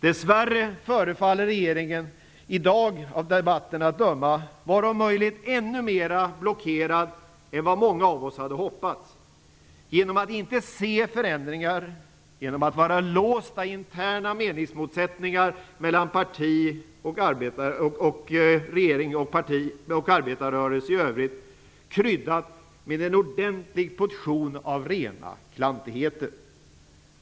Dessvärre förefaller regeringen i dag, av debatten att döma, att vara om möjligt ännu mer blockerad än vad många av oss hade hoppats genom att inte se förändringar och genom att vara låst av interna meningsmotsättningar mellan regering, parti och arbetarrörelse i övrigt, kryddat med en ordentlig portion av rena klantigheter. Fru talman!